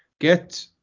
get